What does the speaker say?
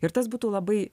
ir tas būtų labai